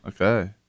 Okay